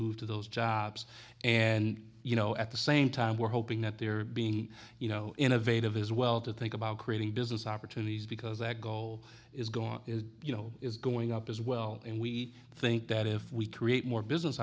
move to those jobs and you know at the same time we're hoping that they're being you know innovative as well to think about creating business opportunities because that goal is gone you know is going up as well and we think that if we create more business